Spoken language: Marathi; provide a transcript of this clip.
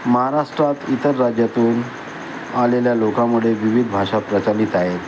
महाराष्ट्रात इतर राज्यातून आलेल्या लोकांमुळे विविध भाषा प्रचलित आहेत